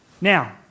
Now